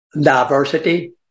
Diversity